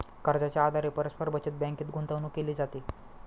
कर्जाच्या आधारे परस्पर बचत बँकेत गुंतवणूक केली जाते